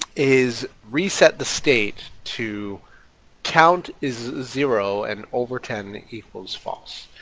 is reset the state to count is zero and overten equals false.